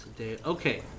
Okay